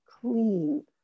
clean